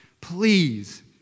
please